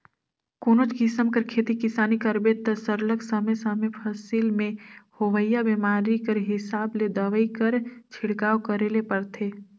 कोनोच किसिम कर खेती किसानी करबे ता सरलग समे समे फसिल में होवइया बेमारी कर हिसाब ले दवई कर छिड़काव करे ले परथे